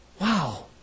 wow